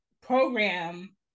program